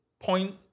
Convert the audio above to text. point